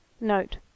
note